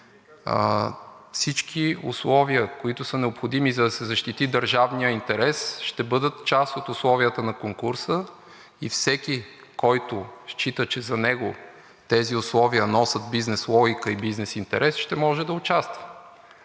Всички условия, които са необходими, за да се защити държавният интерес, ще бъдат част от условията на конкурса и всеки, който счита, че за него тези условия носят бизнес логика и бизнес интерес, ще може да участва.